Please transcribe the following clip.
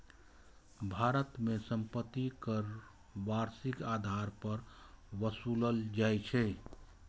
भारत मे संपत्ति कर वार्षिक आधार पर ओसूलल जाइ छै